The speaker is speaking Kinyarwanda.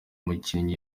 mukinyi